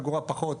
אגורה פחות,